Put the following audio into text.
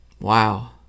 Wow